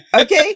okay